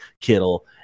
Kittle